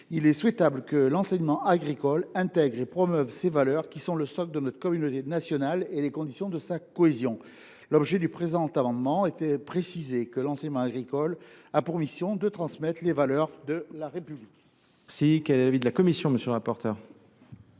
il est souhaitable que l’enseignement agricole promeuve les valeurs républicaines, qui sont le socle de notre communauté nationale et les conditions de sa cohésion. Aussi, cet amendement tend à préciser que l’enseignement agricole a pour mission de transmettre les valeurs de la République.